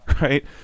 right